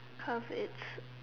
cause it's